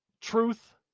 truth